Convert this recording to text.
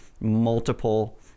multiple